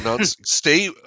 Stay